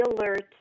alert